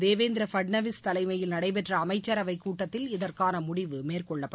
தேவேந்திர பட்னாவிஸ் தலைமையில் நடைபெற்ற அமைச்சரவைக் கூட்டத்தில் இதற்கான முடிவு மேற்கொள்ளப்பட்டது